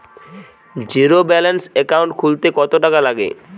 Zero balance account খুলতে কত টাকা লাগে?